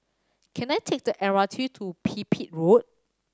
can I take the M R T to Pipit Road